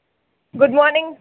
good morning